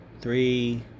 three